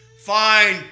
Fine